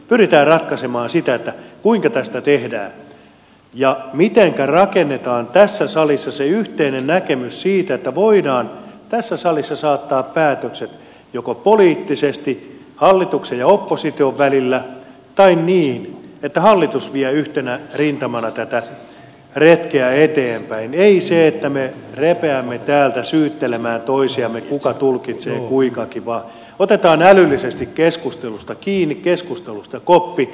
pyritään ratkaisemaan kuinka tästä tehdään ja mitenkä rakennetaan tässä salissa se yhteinen näkemys siitä että voidaan tässä salissa saattaa päätökset joko poliittisesti hallituksen ja opposition välillä tai niin että hallitus vie yhtenä rintamana tätä retkeä eteenpäin ei se että me repeämme täältä syyttelemään toisiamme kuka tulkitsee kuinkakin vaan otetaan älyllisesti keskustelusta kiinni keskustelusta koppi